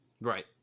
right